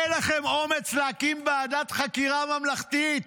אין לכם אומץ להקים ועדת חקירה ממלכתית,